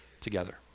together